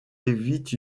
évite